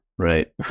Right